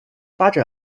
发展